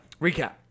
recap